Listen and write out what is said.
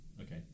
Okay